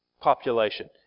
population